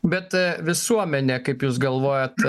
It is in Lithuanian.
bet visuomenė kaip jūs galvojat